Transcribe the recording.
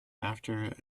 after